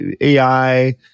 AI